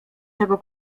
tego